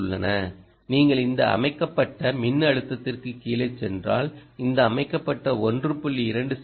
ஓக்கள் உள்ளன நீங்கள் இந்த அமைக்கப்பட்ட மின்னழுத்தத்திற்குக் கீழே சென்றால் இந்த அமைக்கப்பட்ட 1